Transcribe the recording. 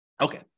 Okay